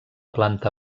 planta